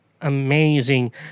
amazing